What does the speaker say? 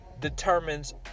Determines